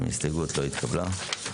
ההסתייגות לא התקבלה.